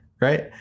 right